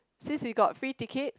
since we got free ticket